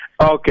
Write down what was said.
Okay